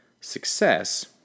Success